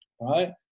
Right